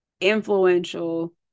influential